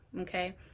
okay